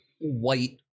white